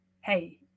hey